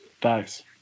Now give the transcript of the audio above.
thanks